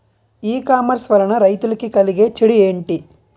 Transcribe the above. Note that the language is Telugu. ఈ కామర్స్ వలన రైతులకి కలిగే చెడు ఎంటి?